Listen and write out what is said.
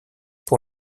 pour